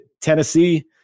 Tennessee